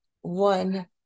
one